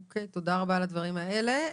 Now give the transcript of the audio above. אוקיי, תודה רבה על הדברים האלה.